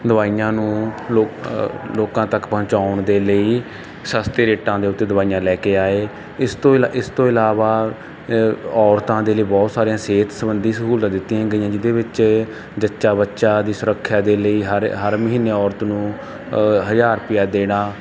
ਦਵਾਈਆਂ ਨੂੰ ਲੋਕ ਲੋਕਾਂ ਤੱਕ ਪਹੁੰਚਾਉਣ ਦੇ ਲਈ ਸਸਤੇ ਰੇਟਾਂ ਦੇ ਉੱਤੇ ਦਵਾਈਆਂ ਲੈ ਕੇ ਆਏ ਇਸ ਤੋਂ ਇਲ ਇਸ ਤੋਂ ਇਲਾਵਾ ਔਰਤਾਂ ਦੇ ਲਈ ਬਹੁਤ ਸਾਰੀਆਂ ਸਿਹਤ ਸਬੰਧੀ ਸਹੂਲਤਾਂ ਦਿੱਤੀਆਂ ਗਈਆਂ ਜਿਹਦੇ ਵਿੱਚ ਜੱਚਾ ਬੱਚਾ ਦੀ ਸੁਰੱਖਿਆ ਦੇ ਲਈ ਹਰ ਹਰ ਮਹੀਨੇ ਔਰਤ ਨੂੰ ਹਜ਼ਾਰ ਰੁਪਈਆ ਦੇਣਾ